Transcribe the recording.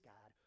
God